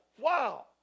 Wow